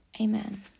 amen